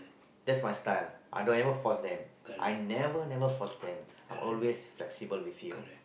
that's my style I don't ever force them I never never force them I always flexible with you